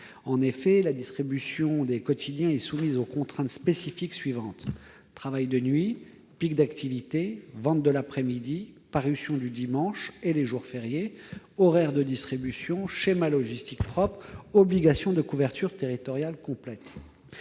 En effet, la distribution des quotidiens est soumise aux contraintes spécifiques suivantes : travail de nuit, pic d'activité, vente de l'après-midi, parution le dimanche et les jours fériés, horaires de distribution, schéma logistique propre, obligation de couverture territoriale complète.